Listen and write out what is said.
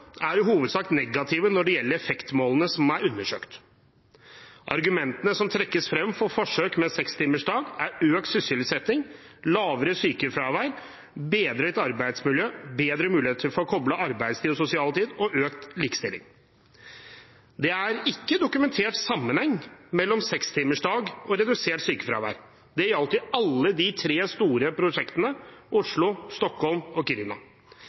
er i hovedsak negative når det gjelder de effektmålene som er undersøkt. Argumentene som er blitt trukket frem for forsøk med 6-timersdag har dreid seg om målsettinger om økt sysselsetting, lavere sykefravær, bedret arbeidsmiljø, bedre muligheter til å kople arbeidstid og sosial tid, samt økt likestilling. Det er ikke dokumentert sikre sammenhenger mellom 6-timersdag og redusert sykefravær. Det gjelder alle de tre